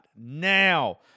now